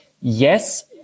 yes